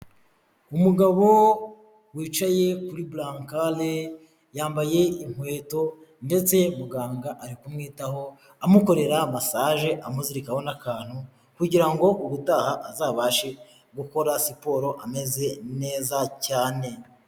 Umugabo wicaye kuri burankare yambaye inkweto ndetse muganga ari kumwitaho amukorera massage amushyirikaho n'akantu kugira ubutaha azabashe gukora siporo ameze neza cyane.